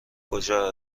کجا